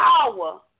power